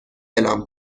اعلام